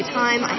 time